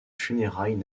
funérailles